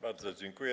Bardzo dziękuję.